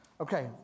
Okay